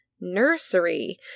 nursery